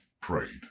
prayed